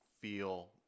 feel